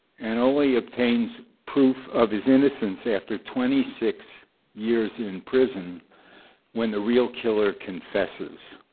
and only obtains proof of his innocence after twenty six years in prison when the real killer confesses.